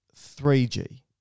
3G